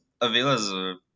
Avila's